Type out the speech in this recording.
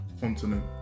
continent